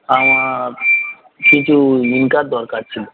আমার কিছু ইনকার দরকার ছিল